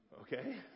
Okay